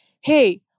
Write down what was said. hey